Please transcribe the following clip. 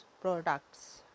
products